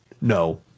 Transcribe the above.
no